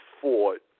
fought